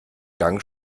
gang